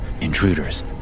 intruders